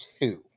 two